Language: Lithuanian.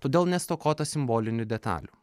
todėl nestokota simbolinių detalių